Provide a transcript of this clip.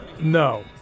No